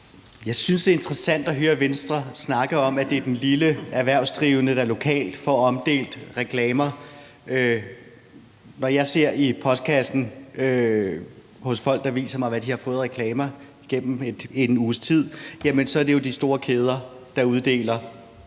Jeg synes, det er interessant at høre Venstre snakke om, at det er den lille erhvervsdrivende, der lokalt får omdelt reklamer, når jeg ser i postkassen hos folk, der viser mig, hvad de har fået af reklamer gennem en uges tid. Så er det jo de store kæder, der uddeler bunker